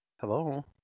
Hello